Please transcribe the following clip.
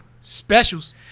Specials